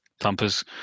Tampa's